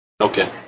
Okay